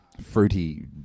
Fruity